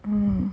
mm